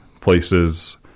places